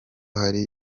hari